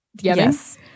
Yes